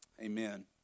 amen